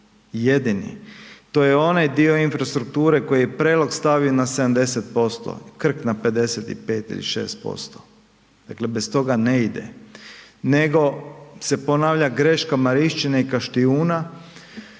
jedini. To je onaj dio infrastrukture koji je Prelog stavio na 70%, Krk na 55 ili 56% dakle bez toga ne ide nego se ponavlja greška Marišćine i Kaštijuna,